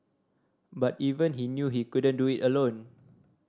but even he knew he couldn't do it alone